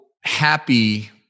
happy